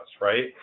right